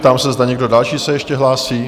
Ptám se, zda někdo další se ještě hlásí?